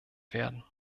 werden